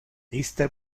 iste